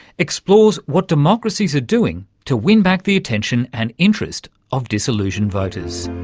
explores what democracies are doing to win back the attention and interest of disillusioned voters.